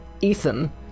Ethan